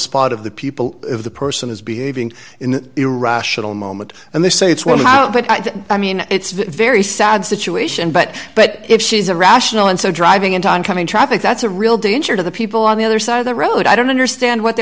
spot of the people if the person is behaving in an irrational moment and they say it's one of the i mean it's very sad situation but but if she's a rational and so driving into oncoming traffic that's a real danger to the people on the other side of the road i don't understand what the